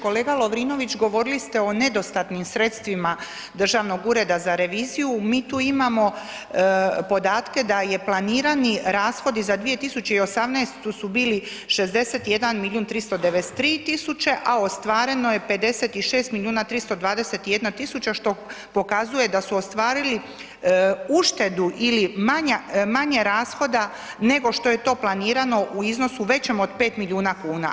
Kolega Lovrinović, govorili ste o nedostatnim sredstvima Državnog ureda za reviziju, mi tu imamo podatke, da je planirani rashodi za 2018.s u bili 61 milijun 393 tisuće, a ostvareno je 56 milijuna 321 tisuća, što pokazuje da su ostvarili uštedu ili manje rashoda nego što je to planirano u iznosu većem od 5 milijuna kn.